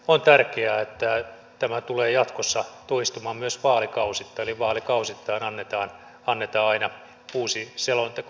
on tärkeää että tämä tulee jatkossa toistumaan myös vaalikausittain eli vaalikausittain annetaan aina uusi selonteko